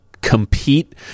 Compete